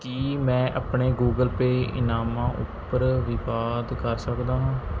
ਕੀ ਮੈਂ ਆਪਣੇ Google Pay ਇਨਾਮਾਂ ਉੱਪਰ ਵਿਵਾਦ ਕਰ ਸਕਦਾ ਹਾਂ